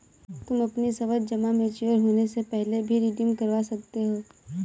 तुम अपनी सावधि जमा मैच्योर होने से पहले भी रिडीम करवा सकते हो